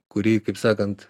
kuri kaip sakant